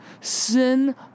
Sin